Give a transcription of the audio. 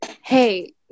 hey